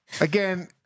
Again